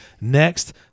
next